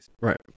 Right